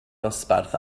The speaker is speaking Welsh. dosbarth